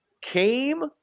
came